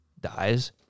dies